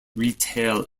retail